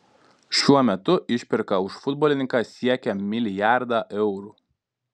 šiuo metu išpirka už futbolininką siekia milijardą eurų